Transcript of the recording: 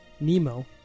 Nemo